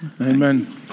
Amen